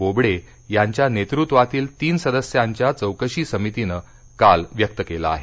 बोबडे यांच्या नेतृत्वातील तीन सदस्यांच्या चौकशी समितीनं काल व्यक्त केलं आहे